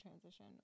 transition